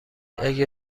اگه